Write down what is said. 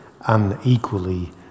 unequally